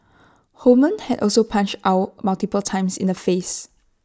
Holman had also punched Ow multiple times in the face